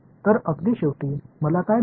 तर अगदी शेवटी मला काय मिळेल